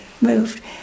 moved